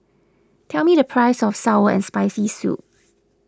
tell me the price of Sour and Spicy Soup